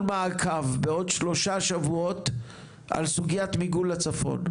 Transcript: מעקב בעוד שלושה שבועות על סוגיית מיגון לצפון.